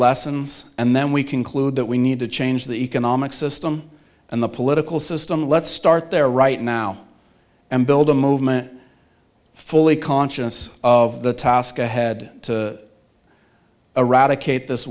lessons and then we conclude that we need to change the economic system and the political system let's start there right now and build a movement fully conscious of the task ahead to eradicate this